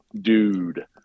dude